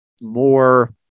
more